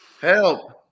Help